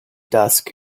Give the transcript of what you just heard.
dusk